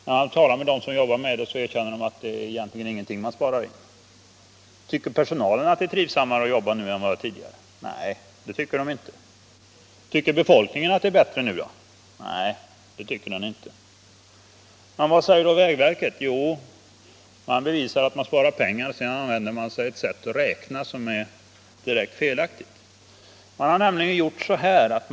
När jag talat med dem som jobbar med det erkänner de, att man egentligen inte sparar in någonting. Tycker personalen då att det är trivsammare att jobba nu än det var tidigare? Nej, det tycker den inte. Tycker befolkningen att det är bättre nu då? Nej, det gör den inte. Men vad säger vägverket? Jo, man försöker med ett direkt felaktigt sätt att räkna bevisa att man sparar pengar på detta.